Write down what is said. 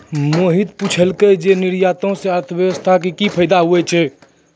मोहित पुछलकै जे निर्यातो से अर्थव्यवस्था मे कि फायदा होय छै